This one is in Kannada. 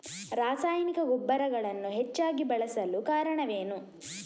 ರಾಸಾಯನಿಕ ಗೊಬ್ಬರಗಳನ್ನು ಹೆಚ್ಚಾಗಿ ಬಳಸಲು ಕಾರಣವೇನು?